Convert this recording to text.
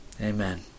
Amen